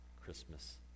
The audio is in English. Christmas